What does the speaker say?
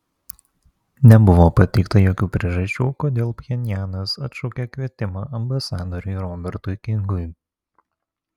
nebuvo pateikta jokių priežasčių kodėl pchenjanas atšaukė kvietimą ambasadoriui robertui kingui